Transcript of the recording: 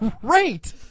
great